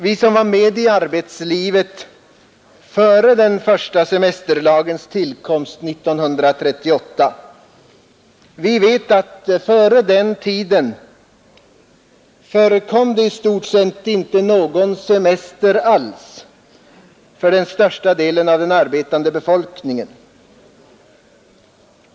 Vi som var med i arbetslivet före den första semesterlagens tillkomst 1938 vet att det dessförinnan i stort sett inte förekom någon semester alls för den största delen av den arbetande befolkningen.